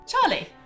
Charlie